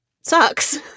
sucks